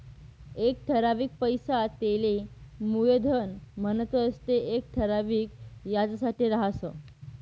एक ठरावीक पैसा तेले मुयधन म्हणतंस ते येक ठराविक याजसाठे राहस